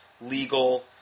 legal